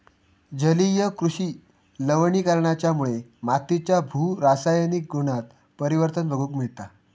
जलीय कृषि लवणीकरणाच्यामुळे मातीच्या भू रासायनिक गुणांत परिवर्तन बघूक मिळता